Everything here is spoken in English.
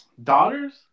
Daughters